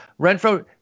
Renfro